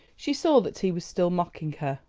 she saw that he was still mocking her,